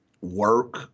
work